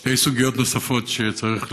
שתי סוגיות נוספות שצריך לציין: